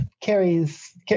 Carrie's